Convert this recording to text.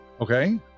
Okay